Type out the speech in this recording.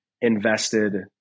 invested